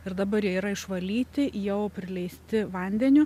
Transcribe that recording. ir dabar jie yra išvalyti jau prileisti vandeniu